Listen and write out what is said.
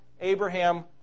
Abraham